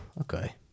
okay